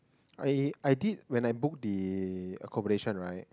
I I did when I booked the accommodation right